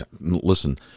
Listen